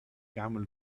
camel